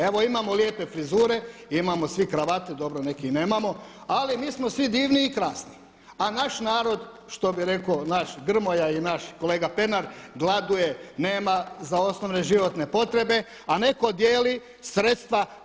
Evo imamo lijepe frizure, imamo svi kravate, dobro neki nemamo, ali mi smo svi divni i krasni, a naš narod, što bi rekao naš Grmoja i naš kolega Pernar gladuje, nema za osnovne životne potrebe, a neko dijeli sredstva.